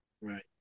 Right